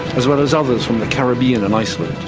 as well as others from the caribbean and iceland.